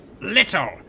little